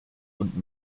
und